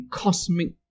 cosmic